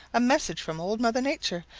a message from old mother nature,